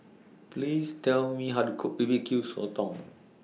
Please Tell Me How to Cook B B Q Sotong